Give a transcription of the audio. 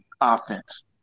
offense